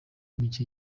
mike